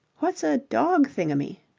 what's a dog-thingummy?